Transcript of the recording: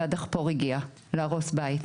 והדחפור הגיע להרוס בית.